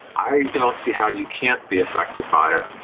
i don't see how you can't be affected by it.